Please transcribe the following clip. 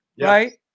right